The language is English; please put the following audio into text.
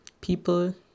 people